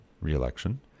re-election